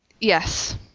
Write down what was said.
Yes